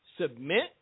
submit